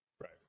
right